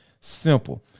simple